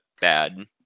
Bad